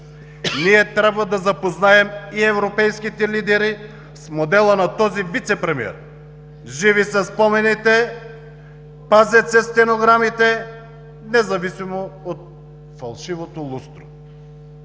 Ние трябва да запознаем и европейските лидери с модела на този вицепремиер. Живи са спомените, пазят се стенограмите независимо от фалшивото лустро.